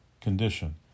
condition